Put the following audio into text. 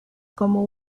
como